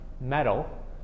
metal